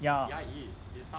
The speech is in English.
ya